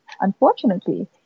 Unfortunately